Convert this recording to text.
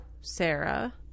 Sarah